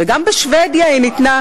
גם בשבדיה היא ניתנה